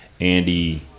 Andy